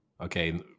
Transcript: Okay